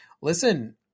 listen